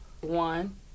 one